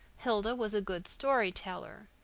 hilda was a good story-teller.